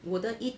我的一